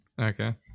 Okay